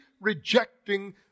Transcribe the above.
rejecting